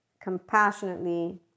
compassionately